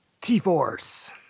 T-Force